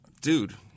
Dude